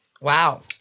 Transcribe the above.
Wow